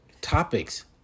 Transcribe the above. topics